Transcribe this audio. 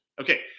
Okay